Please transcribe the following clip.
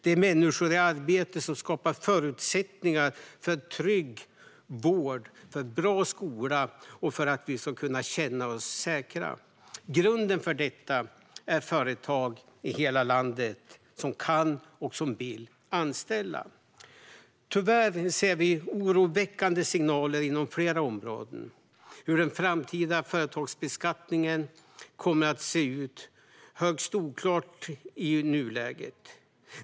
Det är människor i arbete som skapar förutsättningar för en trygg vård, för en bra skola och för att vi ska kunna känna oss säkra. Grunden för detta är företag i hela landet som kan och vill anställa. Tyvärr ser vi oroväckande signaler inom flera områden. Hur den framtida företagsbeskattningen kommer att se ut är högst oklart i nuläget.